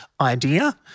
idea